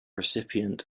recipient